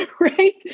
Right